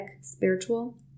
spiritual